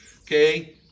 okay